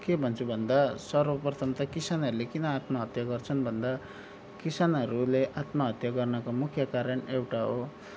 के भन्छु भन्दा सर्वप्रथम त किसानहरूले किन आत्महत्या गर्छन् भन्दा किसानहरूले आत्महत्या गर्नुको मुख्य कारण एउटा हो